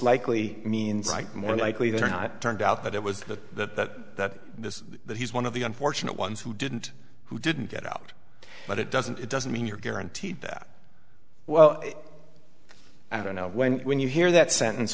likely means more likely than not turned out that it was that this that he's one of the unfortunate ones who didn't who didn't get out but it doesn't it doesn't mean you're guaranteed that well i don't know when when you hear that sentence